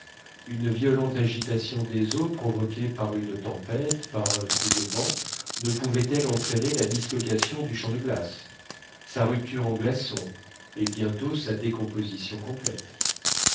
une violente agitation des eaux provoquée par une tempête par un coup de vent ne pouvait-elle entraîner la dislocation du champ de glaces sa rupture en glaçons et bientôt sa décomposition complète